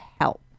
help